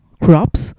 crops